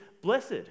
Blessed